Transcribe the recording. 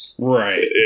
Right